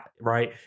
right